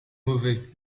mauvais